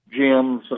gyms